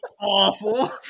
awful